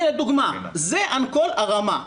הנה דוגמה, זה אנקול הרמה.